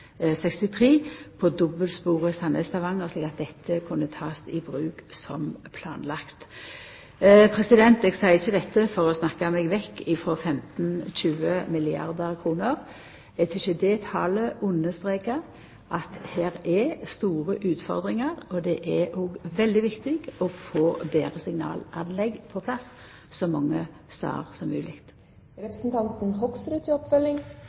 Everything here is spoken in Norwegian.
63, på dobbeltsporet Sandnes–Stavanger, slik at dette kunne takast i bruk som planlagt. Eg seier ikkje dette for å snakka meg vekk frå 15–20 milliardar kr. Eg tykkjer det talet understrekar at her er det store utfordringar, og det er òg veldig viktig å få betre signalanlegg på plass så mange stader som